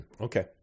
Okay